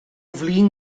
flin